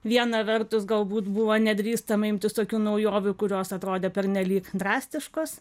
viena vertus galbūt buvo nedrįstama imtis tokių naujovių kurios atrodė pernelyg drastiškos